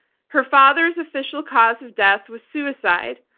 her father's official cause of death was suicide,